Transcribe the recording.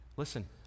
Listen